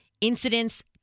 incidents